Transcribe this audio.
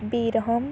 ਬੇਰਹਿਮ